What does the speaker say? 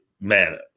man